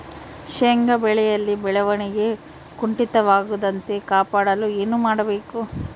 ಶೇಂಗಾ ಬೆಳೆಯಲ್ಲಿ ಬೆಳವಣಿಗೆ ಕುಂಠಿತವಾಗದಂತೆ ಕಾಪಾಡಲು ಏನು ಮಾಡಬೇಕು?